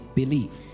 believe